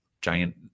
giant